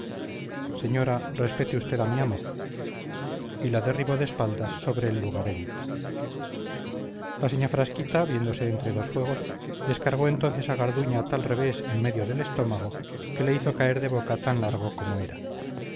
señora respete usted a mi amo y la derribó de espaldas sobre el lugareño la señá frasquita viéndose entre dos fuegos descargó entonces a garduña tal revés en medio del estómago que le hizo caer de boca tan largo como era